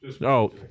No